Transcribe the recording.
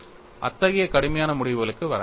இத்தகைய கடுமையான முடிவுகளுக்கு வர வேண்டாம்